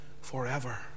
forever